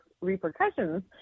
repercussions